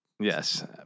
Yes